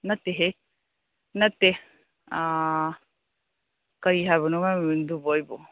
ꯅꯠꯇꯦꯍꯦ ꯅꯠꯇꯦ ꯀꯔꯤ ꯍꯥꯏꯕꯅꯣ ꯃꯥꯏ ꯃꯃꯤꯡꯗꯨꯕꯨ ꯑꯩꯕꯨ